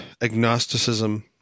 agnosticism